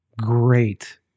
great